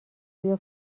بیا